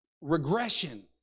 regression